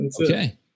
okay